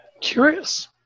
Curious